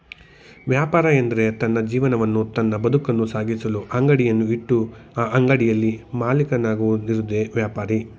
ವ್ಯಾಪಾರ ಎಂದ್ರೆ ತನ್ನ ಜೀವನವನ್ನು ತನ್ನ ಬದುಕನ್ನು ಸಾಗಿಸಲು ಅಂಗಡಿಯನ್ನು ಇಟ್ಟು ಆ ಅಂಗಡಿಯಲ್ಲಿ ಮಾಲೀಕನಾಗಿರುವುದೆ ವ್ಯಾಪಾರಿ